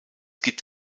gibt